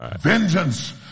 Vengeance